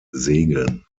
segeln